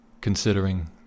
considering